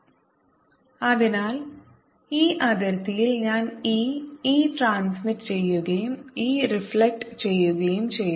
da0EL ER EIERET അതിനാൽ ഈ അതിർത്തിയിൽ ഞാൻ e e ട്രാൻസ്മിറ്റ് ചെയ്യുകയും e റിഫ്ലെക്ട ചെയ്യുകയും ചെയ്തു